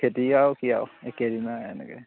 খেতি আৰু কি আৰু একেদিনাই এনেকৈ